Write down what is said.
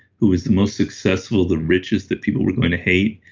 who is the most successful, the richest that people were going to hate?